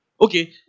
Okay